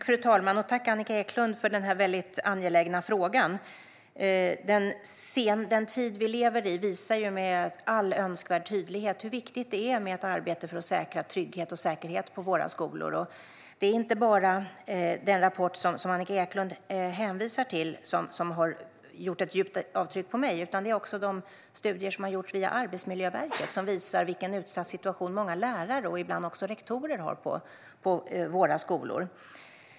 Fru talman! Tack, Annika Eclund, för den väldigt angelägna frågan! Den tid vi lever i visar med all önskvärd tydlighet hur viktigt det är med ett arbete för att säkra trygghet och säkerhet på våra skolor. Det är inte bara den rapport som Annika Eclund hänvisar till som har gjort ett djupt avtryck på mig. Det gäller också de studier som gjorts via Arbetsmiljöverket som visar vilken utsatt situation många lärare och ibland också rektorer har på våra skolor.